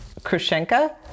Krushenka